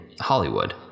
Hollywood